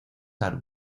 aru